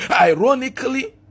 Ironically